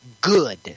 good